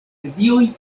medioj